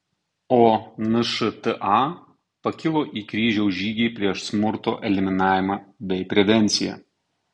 o nšta pakilo į kryžiaus žygį prieš smurto eliminavimą bei prevenciją